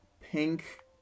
pink